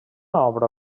obra